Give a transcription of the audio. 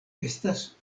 estas